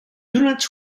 units